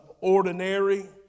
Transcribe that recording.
ordinary